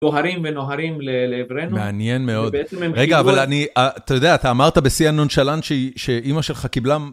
נוהרים ונוהרים לעברנו, מעניין מאוד, רגע אבל אני, אתה יודע אתה אמרת בשיא הנונשלנט שאימא שלך קיבלה